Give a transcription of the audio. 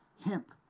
hemp